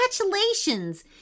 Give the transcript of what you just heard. Congratulations